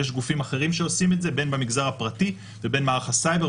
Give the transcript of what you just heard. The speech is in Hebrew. יש גופים אחרים שעושים את זה בין במגזר הפרטי ובין מערך הסייבר,